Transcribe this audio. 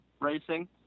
racing